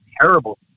terrible